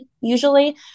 Usually